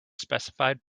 specified